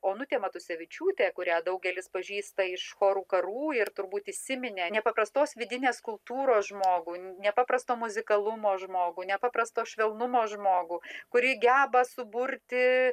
onutė matusevičiūtė kurią daugelis pažįsta iš chorų karų ir turbūt įsiminė nepaprastos vidinės kultūros žmogų nepaprasto muzikalumo žmogų nepaprasto švelnumo žmogų kuri geba suburti